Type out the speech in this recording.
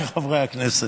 הכנסת,